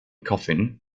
coffin